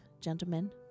gentlemen